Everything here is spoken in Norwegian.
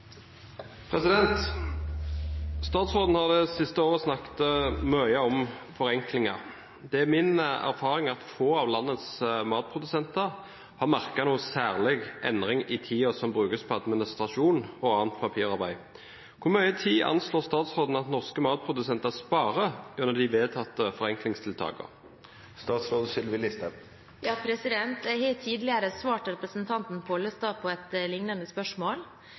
har det siste året snakket mye om forenklinger. Det er min erfaring at få av landets matprodusenter har merket noen særlig endring i tiden som brukes på administrasjon og annet papirarbeid. Hvor mye tid anslår statsråden at norske matprodusenter sparer gjennom de vedtatte forenklingstiltakene?» Jeg har tidligere svart representanten Pollestad på et liknende spørsmål.